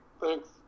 thanks